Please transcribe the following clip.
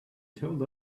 told